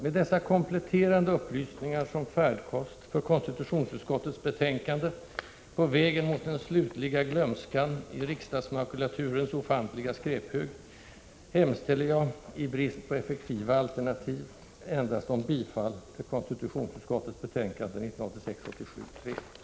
Med dessa kompletterande upplysningar som färdkost för konstitutionsutskottets betänkande på vägen mot den slutliga glömskan i riksdagsmakulaturens ofantliga skräphög, hemställer jag i brist på effektiva alternativ — endast om bifall till konstitutionsutskottets hemställan i betänkandet 1986/87:3.